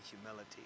humility